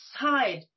side